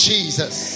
Jesus